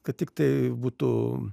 kad tik tai būtų